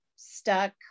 stuck